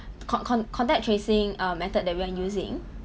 con~ con~ contact tracing err method that we are using